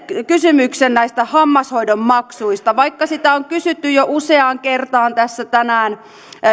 kysymyksen näistä hammashoidon maksuista vaikka sitä on kysytty jo useaan kertaan tänään